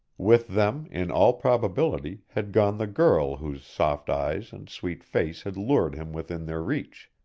with them, in all probability, had gone the girl whose soft eyes and sweet face had lured him within their reach.